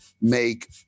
make